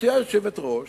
גברתי היושבת-ראש,